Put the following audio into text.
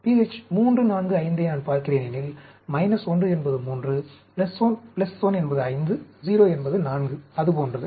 pH 3 4 5 ஐ நான் பார்க்கிறேன் எனில் 1 என்பது 3 1 என்பது 5 0 என்பது 4 அதுபோன்றது